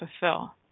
fulfill